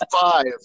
five